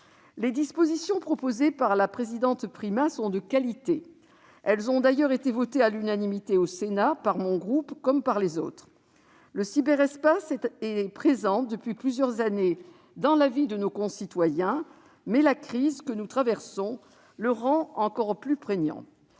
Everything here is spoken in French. Les dispositions proposées par la présidente Primas sont de qualité. Elles ont d'ailleurs été votées à l'unanimité du Sénat, par mon groupe comme par les autres. Le cyberespace est présent depuis plusieurs années dans la vie de nos concitoyens, mais la crise que nous traversons le rend encore plus prégnant.